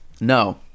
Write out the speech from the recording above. No